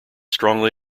strongly